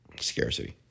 Scarcity